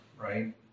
right